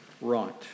right